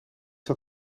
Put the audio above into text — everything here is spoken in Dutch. dat